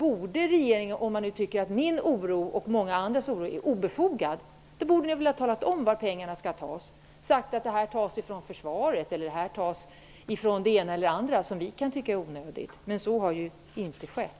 Om regeringen tycker att min och många andras oro är obefogad, borde man ha talat om varifrån pengarna skall tas -- att de skall tas från försvaret eller från det ena eller det andra som vi kan tycka är onödigt -- men så har inte skett.